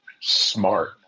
smart